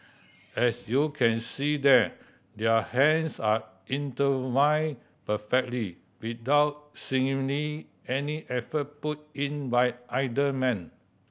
as you can see there their hands are intertwined perfectly without seemingly any effort put in by either man